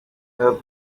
have